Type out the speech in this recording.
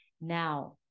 Now